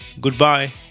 goodbye